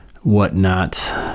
whatnot